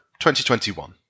2021